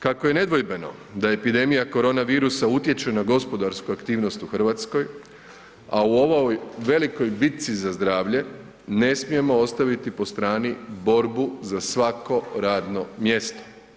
Kako je nedvojbeno da epidemija korona virusa utječe na gospodarsku aktivnost u Hrvatskoj, a u ovoj velikoj bitci za zdravlje ne smijemo ostaviti po strani borbu za svako radno mjesto.